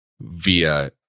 via